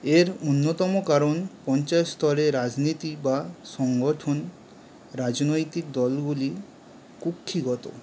এর অন্যতম কারণ পঞ্চায়েত স্তরে রাজনীতি বা সংগঠন রাজনৈতিক দলগুলির কুক্ষিগত